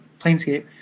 Planescape